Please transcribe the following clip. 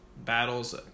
Battles